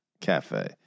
Cafe